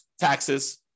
taxes